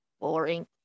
boring